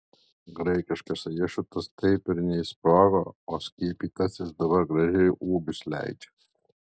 graikiškas riešutas taip ir neišsprogo o skiepytasis dabar gražiai ūgius leidžia